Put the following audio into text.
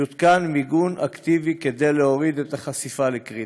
יותקן מיגון אקטיבי כדי להוריד את החשיפה לקרינה.